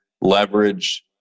leverage